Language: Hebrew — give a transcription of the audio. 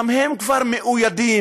גם הם כבר מאוידים,